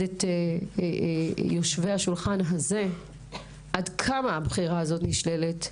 את יושבי השולחן הזה עד כמה הבחירה הזו נשללת,